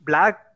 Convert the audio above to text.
Black